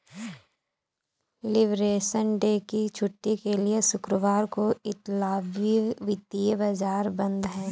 liberation day की छुट्टी के लिए शुक्रवार को इतालवी वित्तीय बाजार बंद हैं